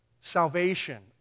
salvation